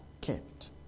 kept